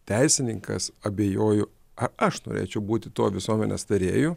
teisininkas abejoju ar aš norėčiau būti tuo visuomenės tarėju